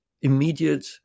immediate